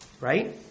Right